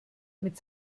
mit